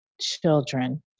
children